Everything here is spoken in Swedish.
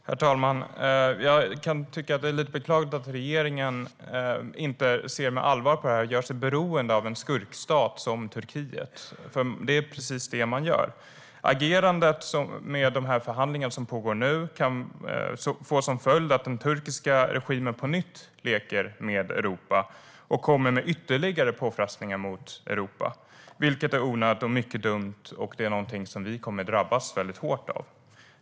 Herr talman! Jag kan tycka att det är beklagligt att regeringen inte ser med allvar på detta och gör sig beroende av en skurkstat som Turkiet, för det är precis det som regeringen gör. Agerandet under de förhandlingar som nu pågår kan få som följd att den turkiska regimen på nytt leker med Europa och utsätter Europa för ytterligare påfrestningar, vilket är onödigt och mycket dumt. Det är någonting som vi kommer att drabbas väldigt hårt av.